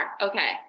Okay